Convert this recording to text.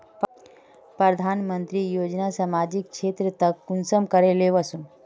प्रधानमंत्री योजना सामाजिक क्षेत्र तक कुंसम करे ले वसुम?